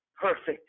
perfect